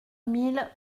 mille